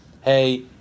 hey